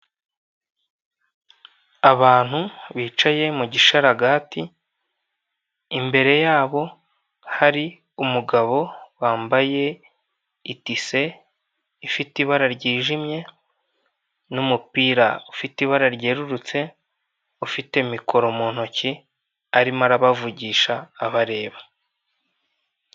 Abantu bicaye mu gishararagati, imbere yabo hari umugabo wambaye itise ifite ibara ryijimye, n'umupira ufite ibara ryerurutse, ufite mikoro mu ntoki arimo arabavugisha, abareba.